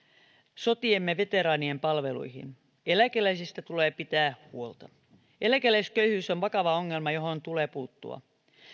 sotiemme veteraanien palveluihin eläkeläisistä tulee pitää huolta eläkeläisköyhyys on vakava ongelma johon tulee puuttua